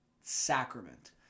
sacrament